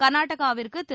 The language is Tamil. கர்நாடகாவிற்கு திரு